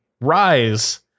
rise